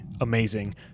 amazing